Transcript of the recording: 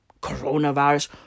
Coronavirus